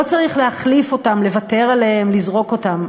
לא צריך להחליף אותם, לוותר עליהם, לזרוק אותם.